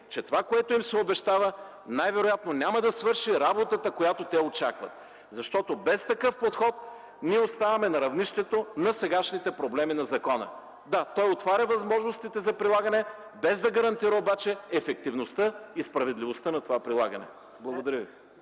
че това, което им се обещава, най-вероятно няма да свърши работата, която те очакват, защото без такъв подход оставаме на равнището на сегашните проблеми на закона. Да, той отваря възможностите за прилагане, без да гарантира обаче ефективността и справедливостта на това прилагане. Благодаря Ви.